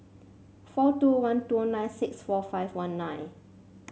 four two one two nine six four five one nine